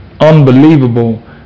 unbelievable